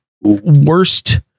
worst